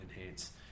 enhance